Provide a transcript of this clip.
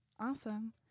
awesome